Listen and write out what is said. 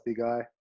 guy